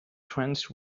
trans